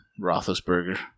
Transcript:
Roethlisberger